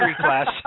class